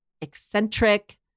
eccentric